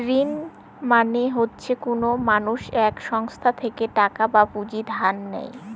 ঋণ মানে হচ্ছে কোনো মানুষ এক সংস্থা থেকে টাকা বা পুঁজি ধার নেয়